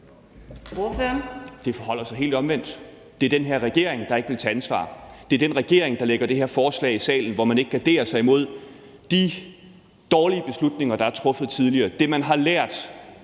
Det forholder sig helt omvendt. Det er den her regering, der ikke vil tage ansvar. Det er den regering, der i salen fremsætter det her forslag, hvor man ikke garderer sig imod de dårlige beslutninger, der er truffet tidligere. Det, man har lært